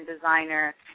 designer